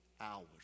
hours